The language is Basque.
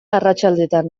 arratsaldetan